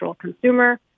consumer